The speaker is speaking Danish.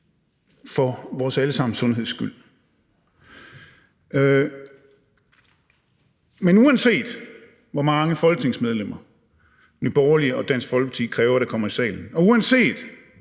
for vores alle sammens sundheds skyld. Men uanset hvor mange folketingsmedlemmer Nye Borgerlige og Dansk Folkeparti kræver kommer i salen, og uanset